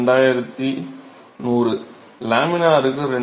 மாணவர் 2100 லேமினருக்கு 2100